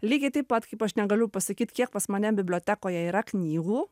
lygiai taip pat kaip aš negaliu pasakyt kiek pas mane bibliotekoje yra knygų